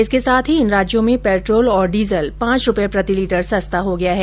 इसके साथ ही इन राज्यों में पेट्रोल और डीजल पांच रूपये प्रति लीटर सस्ता हो गया है